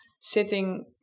sitting